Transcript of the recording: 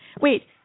Wait